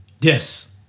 Yes